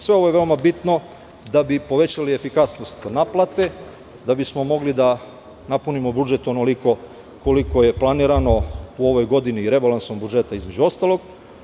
Sve ovo je veoma bitno da bi povećali efikasnost naplate, da bismo mogli da napunimo budžet onoliko koliko je planirano u ovoj godini rebalansom budžeta između ostalog.